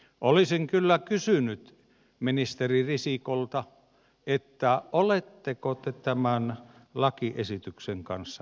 olisin kyllä kysynyt ministeri risikolta oletteko te tämän lakiesityksen kanssa nyt tosissanne